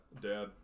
Dad